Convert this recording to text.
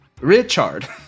Richard